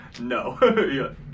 no